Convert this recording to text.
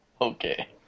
okay